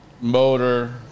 motor